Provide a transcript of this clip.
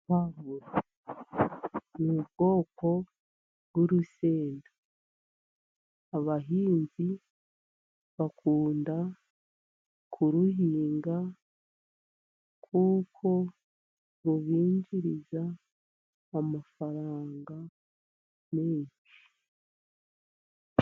Puwavuro ni ubwoko bw'urusenda abahinzi bakunda kuruhinga, kuko rubinjiriza amafaranga menshi.